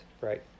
right